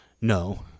no